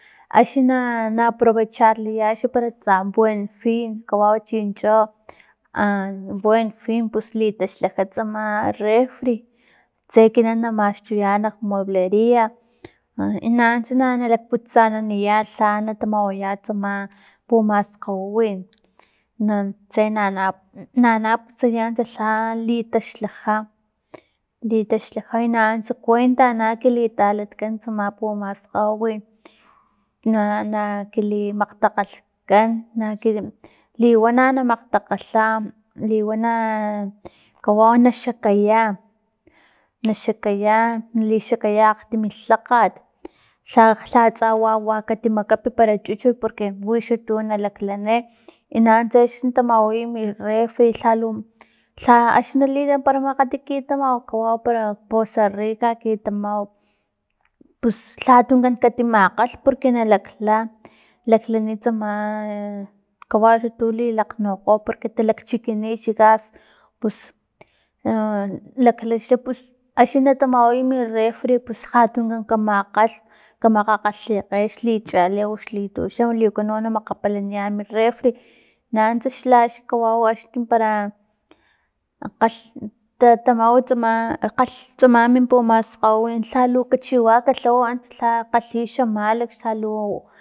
Axni na na aprobecharliya tsa buen fin kawau chincho buen fin pus litaxlhaja tsama refri tse ekinan na maxtuya nak muebleria i nanuntsa na lakputsaniya lha na tamawaya tsama pumaskgawiwin natse na- na- na- na putsaya antsa lha litaxtlaja litaxlhaja na antsa kuenta kilitalatkan tsama pumaskgawiwin na na kili makgtakgalhkan na kili, liwana na makgtakgalha, liwana na kawau na xakaya na xakaya nali xakaya akgtimi lhakgat lha- lha wa- wa katimakapi para chuchut porque wixantu nalaklani i nanuntsa axni na tamaway mi refri lhalu lha axni na litan para makgati kitamau kawau para poza rica kitamau pus lha tunkan kati makgalhn porque na lakla laklani tsama kawau untu lilaknu porque talakchikini xa gas pus lakla xa pus axni na tamawau mi refri pus ja tunkan kamakgalhn kamakgakgalhekge xli chali oxli tuxam liku no na makgapaliyan mi refri, nanuntsa xla axni kawau axni pimpat para kgal tamawats tsama kgalh tsama mi pumaskgawiwin lhalu kachiwa kalhaw antsa lha kgalhi xa malakx lhalu